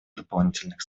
дополнительных